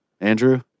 Andrew